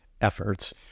efforts